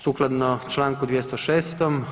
Sukladno Članku 206.